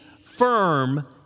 firm